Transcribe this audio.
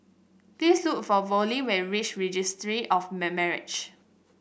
please look for Vollie when you reach Registry of Marriage